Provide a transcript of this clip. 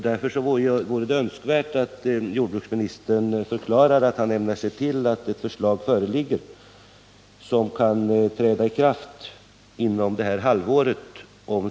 Därför är det önskvärt att jordbruksministern förklarar att han ämnar se till att ett förslag föreligger som kan, om så behövs, träda i kraft under detta halvår.